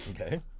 Okay